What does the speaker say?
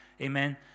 Amen